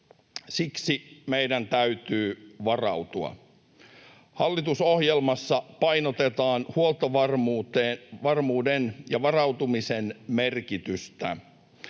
Siksi meidän täytyy varautua. Hallitusohjelmassa painotetaan huoltovarmuuden ja varautumisen merkitystä.